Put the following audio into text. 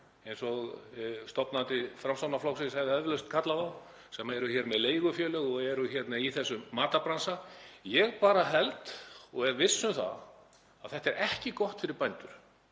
eins og stofnandi Framsóknarflokksins hefði eflaust kallað þá, sem eru hér með leigufélög og eru í þessum matarbransa. Ég bara held og er viss um það að þetta er ekki gott fyrir bændur.